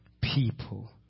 people